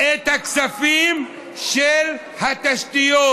את הכספים של התשתיות,